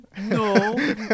no